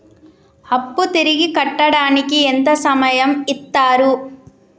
అప్పు తిరిగి కట్టడానికి ఎంత సమయం ఇత్తరు?